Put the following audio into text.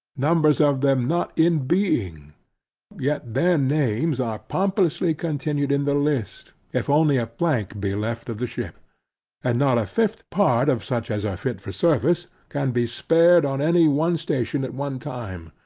numbers of them not in being yet their names are pompously continued in the list, if only a plank be left of the ship and not a fifth part, of such as are fit for service, can be spared on any one station at one time.